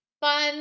fun